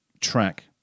track